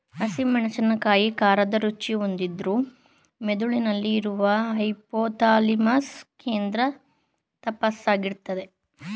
ಹಸಿ ಮೆಣಸಿನಕಾಯಿ ಖಾರದ ರುಚಿ ಹೊಂದಿದ್ರೂ ಮೆದುಳಿನಲ್ಲಿ ಇರುವ ಹೈಪೋಥಾಲಮಸ್ ಕೇಂದ್ರ ತಂಪಾಗಿರ್ಸ್ತದೆ